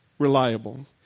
reliable